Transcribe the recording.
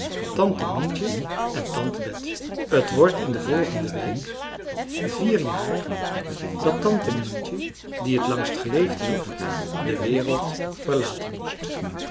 tante mientje en tante bet t wordt in de volgende week vier jaar dat tante mientje die het langst geleefd heeft de wereld verlaten moest